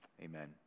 Amen